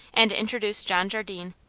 and introduced john jardine,